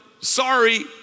sorry